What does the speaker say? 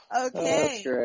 Okay